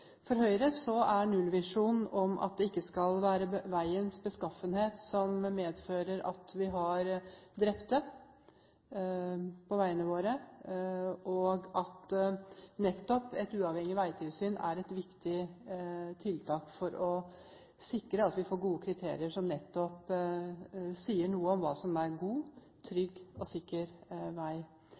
For Høyre er nullvisjonen at det ikke skal være veiens beskaffenhet som medfører at vi har drepte på veiene våre, og nettopp et uavhengig veitilsyn er et viktig tiltak for å sikre at vi får gode kriterier som sier noe om hva som er god, trygg og sikker vei.